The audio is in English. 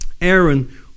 Aaron